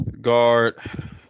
Guard